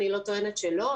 אני לא טוענת שלא,